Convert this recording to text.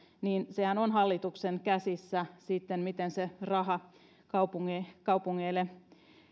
hallituksen käsissä miten se raha kaupungeille kaupungeille